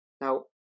Now